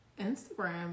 Instagram